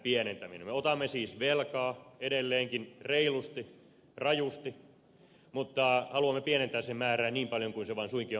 me otamme siis velkaa edelleenkin reilusti rajusti mutta haluamme pienentää sen määrää niin paljon kuin se vain suinkin on mahdollista